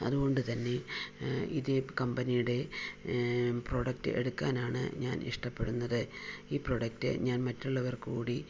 അതുകൊണ്ട് തന്നെ ഇതേ കമ്പനിയുടെ പ്രോഡക്റ്റ് എടുക്കാനാണ് ഞാൻ ഇഷ്ടപ്പെടുന്നത് ഈ പ്രോഡക്റ്റ് ഞാൻ മറ്റുള്ളവർക്ക് കൂടി